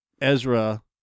Ezra